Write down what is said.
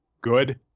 Good